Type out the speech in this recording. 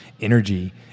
energy